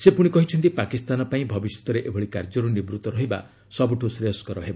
ସେ କହିଛନ୍ତି ପାକିସ୍ତାନ ପାଇଁ ଭବିଷ୍ୟତରେ ଏଭଳି କାର୍ଯ୍ୟରୁ ନିବୃତ୍ତ ରହିବା ସବୁଠୁ ଶ୍ରେୟସ୍କର ହେବ